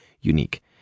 unique